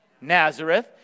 Nazareth